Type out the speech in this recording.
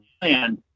plan